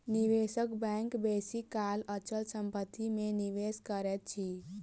निवेशक बैंक बेसी काल अचल संपत्ति में निवेश करैत अछि